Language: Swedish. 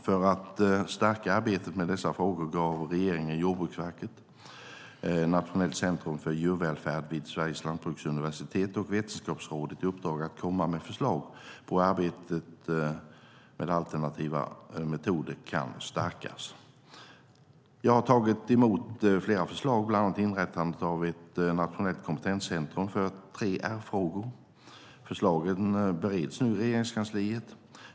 För att stärka arbetet med dessa frågor gav regeringen Jordbruksverket, Nationellt centrum för djurvälfärd vid Sveriges lantbruksuniversitet samt Vetenskapsrådet i uppdrag att komma med förslag på hur arbetet med alternativa metoder kan stärkas. Jag har tagit emot flera förslag, bland annat inrättandet av ett nationellt kompetenscentrum för 3R-frågor. Förslagen bereds nu i Regeringskansliet.